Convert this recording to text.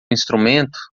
instrumento